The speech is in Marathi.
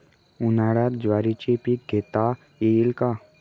उन्हाळ्यात ज्वारीचे पीक घेता येईल का?